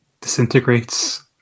disintegrates